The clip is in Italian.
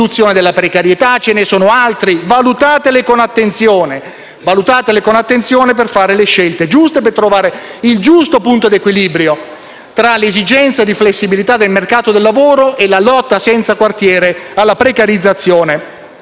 della precarietà. Ce ne sono altre: valutatele con attenzione per fare le scelte giuste e trovare il giusto punto di equilibrio tra l'esigenza di flessibilità del mercato del lavoro e la lotta senza quartiere alla precarizzazione